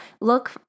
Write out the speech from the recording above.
look